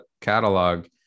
catalog